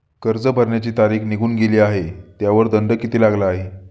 कर्ज भरण्याची तारीख निघून गेली आहे त्यावर किती दंड लागला आहे?